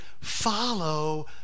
follow